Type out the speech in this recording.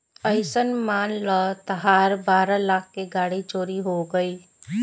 अइसन मान ल तहार बारह लाख के गाड़ी चोरी हो गइल